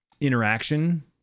interaction